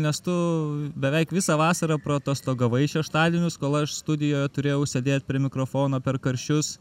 nes tu beveik visą vasarą atostogavai šeštadienius kol aš studijoje turėjau sėdėt prie mikrofono per karščius